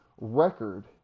Record